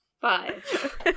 Five